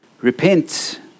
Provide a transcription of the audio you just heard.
Repent